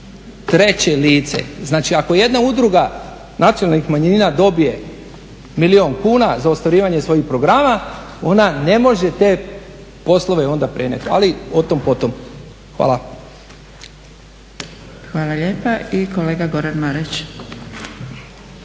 treće lice. Znači ako jedna udruga nacionalnih manjina dobije milijun kuna za ostvarivanje svojih programa ona ne može te poslove onda prenijeti, ali o tom po tom. Hvala. **Zgrebec, Dragica